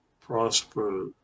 prosper